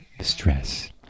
stress